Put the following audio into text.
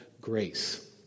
grace